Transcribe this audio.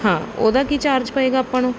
ਹਾਂ ਉਹਦਾ ਕੀ ਚਾਰਜ ਪਏਗਾ ਆਪਾਂ ਨੂੰ